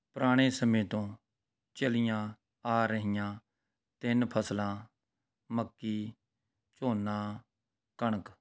ਪੁਰਾਣੇ ਸਮੇਂ ਤੋਂ ਚੱਲੀਆਂ ਆ ਰਹੀਆਂ ਤਿੰਨ ਫ਼ਸਲਾਂ ਮੱਕੀ ਝੋਨਾ ਕਣਕ